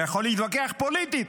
אתה יכול להתווכח פוליטית,